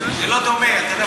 זה לא דומה, אתה לא יכול להשוות.